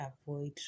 avoid